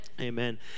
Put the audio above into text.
Amen